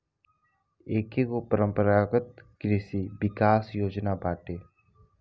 एकेगो परम्परागत कृषि विकास योजना बाटे